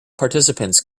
participants